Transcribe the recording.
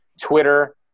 Twitter